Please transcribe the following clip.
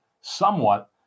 somewhat